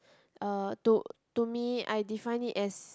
uh to to me I define it as